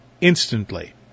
instantly